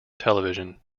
television